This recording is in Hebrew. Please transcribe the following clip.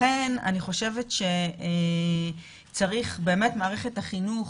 לכן אני חושבת שמערכת החינוך,